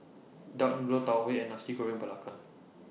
Duck Noodle Tau Huay and Nasi Goreng Belacan